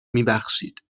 میبخشید